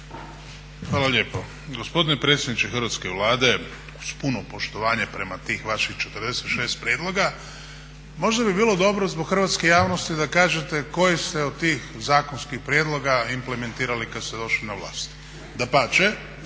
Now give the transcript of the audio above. Hvala lijepo. Gospodine predsjedniče Hrvatske Vlade, uz puno poštovanje prema tih vaših 46 prijedloga, možda bi bilo dobro zbog hrvatske javnosti da kažete koje ste od tih zakonskih prijedloga implementirali kad ste došli na vlast. Dapače,